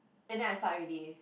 and then I start already